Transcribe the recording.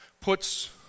puts